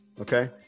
okay